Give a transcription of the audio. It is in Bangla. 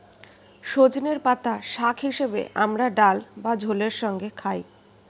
সজনের পাতা শাক হিসেবে আমরা ডাল বা ঝোলের সঙ্গে খাই